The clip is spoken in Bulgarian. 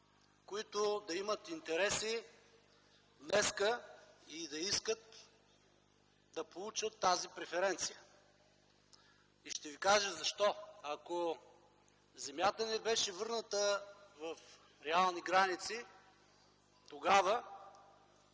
които да имат интереси днес и да искат да получат тази преференция. И ще ви кажа защо. Ако земята не беше върната в реални граници, тогава